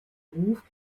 ruf